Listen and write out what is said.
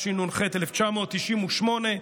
התשנ"ח 1998,